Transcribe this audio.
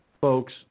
Folks